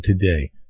today